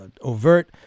overt